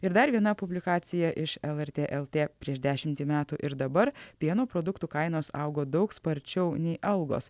ir dar viena publikacija iš lrt lt prieš dešimtį metų ir dabar pieno produktų kainos augo daug sparčiau nei algos